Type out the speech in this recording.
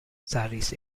southeast